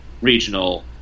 regional